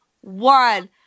one